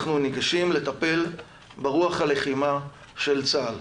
אנחנו ניגשים לטפל ברוח הלחימה של צה"ל.